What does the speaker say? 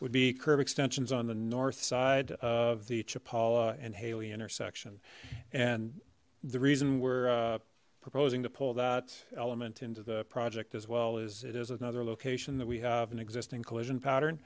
would be curved extensions on the north side of the chapala and hailie intersection and the reason we're proposing to pull that element into the project as well is it is another location that we have an existing collision pattern